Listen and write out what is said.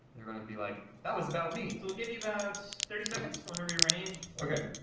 they're gonna be like, that was about me. so, we'll give you about thirty seconds if you wanna rearrange. okay.